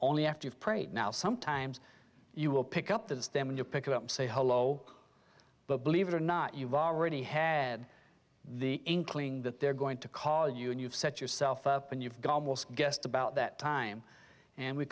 only after i've prayed now sometimes you will pick up the them and you pick it up say hello but believe it or not you've already had the inkling that they're going to cause you and you've set yourself up and you've got a guest about that time and we